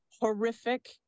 horrific